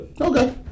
Okay